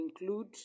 include